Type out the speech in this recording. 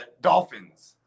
Dolphins